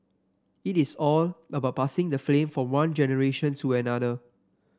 it is all about passing the flame from one generation to another